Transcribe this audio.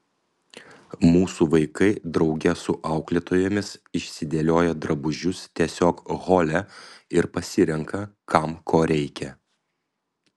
mūsų vaikai drauge su auklėtojomis išsidėlioja drabužius tiesiog hole ir pasirenka kam ko reikia